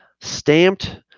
stamped